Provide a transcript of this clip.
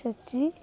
ଛେଚି